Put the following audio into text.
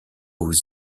aux